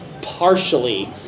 partially